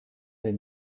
des